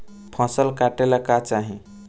फसल काटेला का चाही?